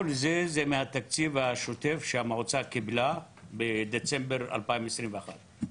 כל זה הוא מהתקציב השוטף שהמועצה קיבלה בדצמבר 2021,